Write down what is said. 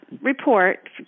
report